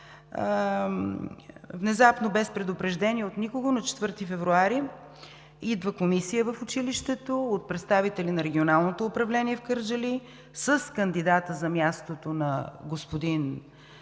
Внезапно, без предупреждение от никого, на 4 февруари идва комисия в училището от представители на Регионалното управление – Кърджали, с кандидата за мястото на господин